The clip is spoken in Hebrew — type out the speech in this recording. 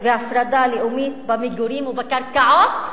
והפרדה לאומית במגורים ובקרקעות,